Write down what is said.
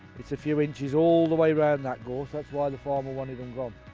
it's a few inches all the way around that course that's why the farmer wanted them gone.